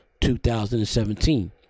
2017